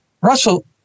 Russell